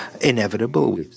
inevitable